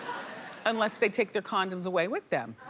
unless they take their condoms away with them.